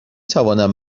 توانم